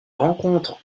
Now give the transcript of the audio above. rencontre